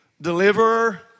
deliverer